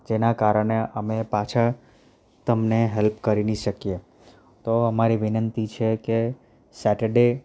જેના કારણે અમે પાછા તમને હેલ્પ કરી નહીં શકીએ તો અમારી વિનંતી છે કે સેટરડે